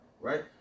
right